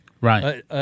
right